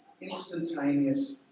instantaneous